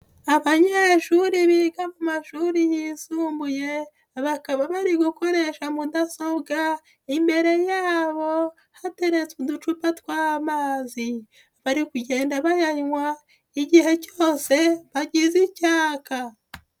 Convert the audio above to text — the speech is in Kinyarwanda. Abanyeshuri biga mu mashuri yisumbuye, bakaba bari gukoresha mudasobwa, imbere yabo hateretse uducupa tw'amazi, bari kugenda bayanywa igihe cyose bagize icyaka.